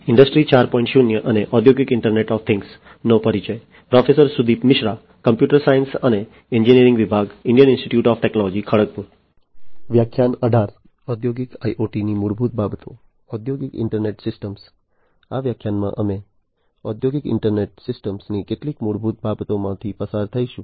આ વ્યાખ્યાનમાં અમે ઔદ્યોગિક ઇન્ટરનેટ સિસ્ટમ્સની કેટલીક મૂળભૂત બાબતોમાંથી પસાર થઈશું